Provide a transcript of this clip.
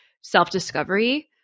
self-discovery